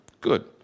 good